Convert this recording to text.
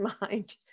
mind